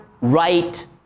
right